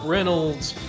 Reynolds